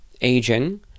aging